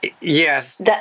Yes